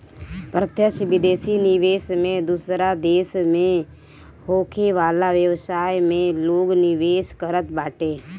प्रत्यक्ष विदेशी निवेश में दूसरा देस में होखे वाला व्यवसाय में लोग निवेश करत बाटे